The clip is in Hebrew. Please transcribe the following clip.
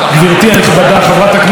אני כל ערב,